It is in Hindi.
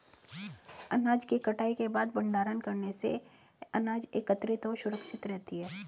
अनाज की कटाई के बाद भंडारण करने से अनाज एकत्रितऔर सुरक्षित रहती है